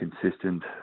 consistent